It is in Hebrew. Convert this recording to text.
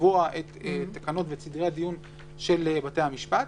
לקבוע את התקנות ואת סדרי הדיון של בתי המשפט,